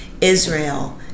israel